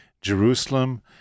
Jerusalem